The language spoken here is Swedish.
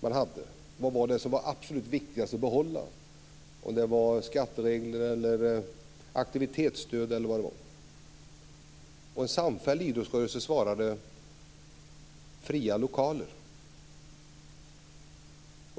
man hade. Vilket stöd var absolut viktigast att behålla? Var det skattereglerna, aktivitetsstöd eller liknande? En samfälld idrottsrörelse svarade att det var fria lokaler.